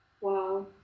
Wow